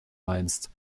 meinst